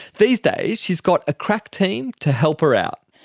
these days she's got a crack team to help her out.